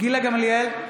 גילה גמליאל,